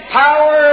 power